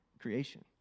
creation